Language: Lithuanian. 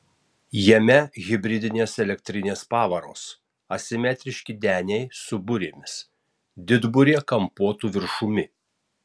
jame hibridinės elektrinės pavaros asimetriški deniai su burėmis didburė kampuotu viršumi